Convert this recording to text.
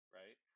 right